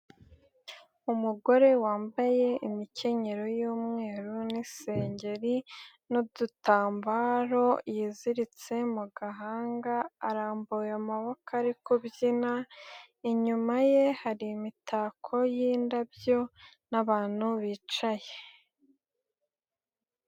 Umugore wambaye imikenyero y'umweru n'isengeri n'udutambaro yaziritse mu gahanga, arambuye amaboko ari kubyina, inyuma ye hari imitako y'indabyo n'abantu bicaye.